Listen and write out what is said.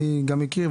אני גם מכיר,